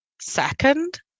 second